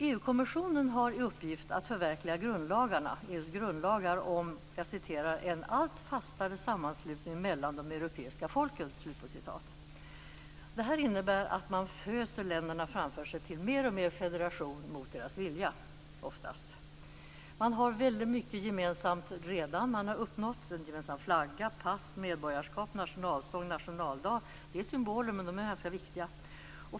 EU-kommissionen har i uppgift att förverkliga EU:s grundlagar om "en allt fastare sammanslutning mellan de europeiska folken". Det innebär att man föser länderna framför sig till mer och mer federation, oftast mot deras vilja. Man har redan uppnått väldigt mycket gemensamt: en gemensam flagga, pass, medborgarskap, nationalsång och nationaldag. Det är symboler, men de är ganska viktiga.